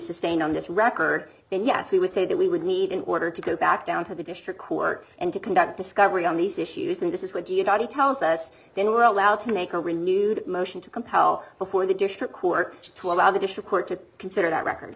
sustained on this record then yes we would say that we would need in order to go back down to the district court and to conduct discovery on these issues and this is would you not he tells us then we were allowed to make a renewed motion to compel before the district court to allow the district court to consider that record